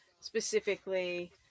specifically